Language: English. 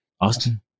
Austin